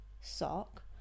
sock